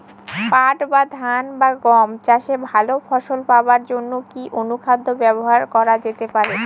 পাট বা ধান বা গম চাষে ভালো ফলন পাবার জন কি অনুখাদ্য ব্যবহার করা যেতে পারে?